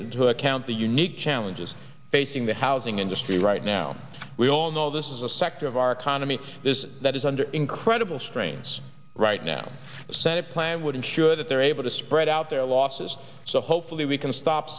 into account the unique challenges facing the housing industry right now we all know this is a sector of our economy that is under incredible strains right now the senate plan would ensure that they're able to spread out their losses so hopefully we can stop